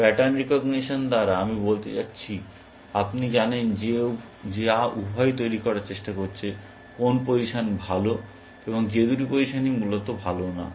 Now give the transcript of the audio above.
pattern recognition দ্বারা আমি বলতে চাচ্ছি আপনি জানেন যা উভয়ই তৈরি করার চেষ্টা করছেন কোন পজিশন ভালো এবং যে দুটি পজিশনই মূলত ভালো নয়